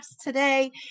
today